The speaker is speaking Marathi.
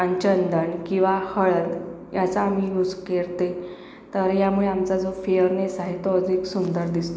आणि चंदन किंवा हळद याचा आम्ही यूज करते तर यामुळे आमचा जो फेयरनेस आहे तो अधिक सुंदर दिसतो